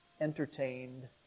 entertained